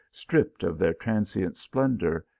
stripped of their transient splendour,